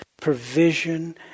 provision